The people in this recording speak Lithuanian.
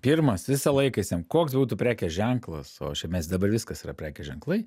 pirmas visą laiką visiem koks būtų prekės ženklas o čia mes dabar viskas yra prekės ženklai